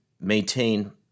maintain